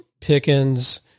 Pickens